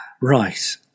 right